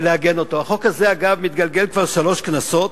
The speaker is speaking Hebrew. החוק הזה, אגב, מתגלגל כבר שלוש כנסות,